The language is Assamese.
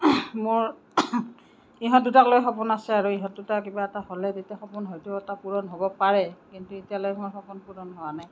মোৰ ইহঁত দুটাকলৈ সপোন আছে আৰু ইহঁত দুটাৰ কিবা এটা হ'লে তেতিয়া সপোন হয়টো এটা পূৰণ হ'ব পাৰে কিন্তু এতিয়ালৈ মোৰ সপোন পূৰণ হোৱা নাই